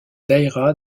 daïra